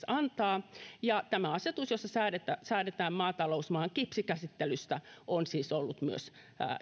antaa ja tämä asetus jossa säädetään säädetään maatalousmaan kipsikäsittelystä on siis myös ollut